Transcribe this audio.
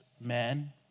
men